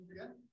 again